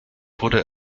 wurde